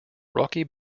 rocky